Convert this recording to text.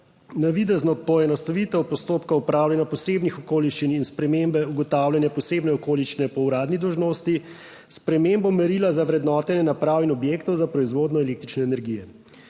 navidezno poenostavitev postopka opravljanja posebnih okoliščin in spremembe ugotavljanja posebne okoliščine po uradni dolžnosti, s spremembo merila za vrednotenje naprav in objektov za proizvodnjo električne energije.